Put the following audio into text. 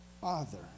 father